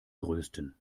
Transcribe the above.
größten